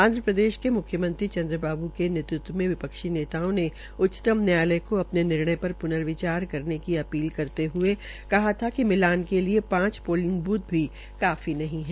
आंधप्रदेश के म्ख्यमंत्री चन्द्रबाबू नायडू ने नेतृत्व मे विपक्षी नेताओं ने उच्चतम न्यायालय को अपने निर्णय पर पुर्नविचार करने की अपील करते हये कहा कि मिलान के लिये पांच पोलिंग बूथ भी काफी नहीं है